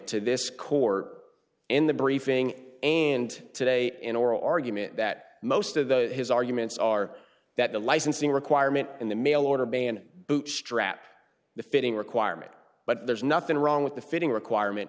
to this court in the briefing and today in oral argument that most of the his arguments are that the licensing requirement in the mail order banning bootstrap the fitting requirement but there's nothing wrong with the fitting requirement